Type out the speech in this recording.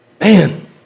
Man